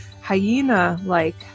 hyena-like